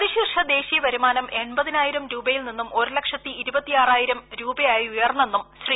പ്രതിശീർഷ ദേശീയവരുമാനം എൻപതിനായിരം രൂപയിൽ നിന്നും ഒരു ലക്ഷത്തി ഇരുപത്തിയാറായിരം രൂപയായി ഉയർന്നെന്നും ശ്രീ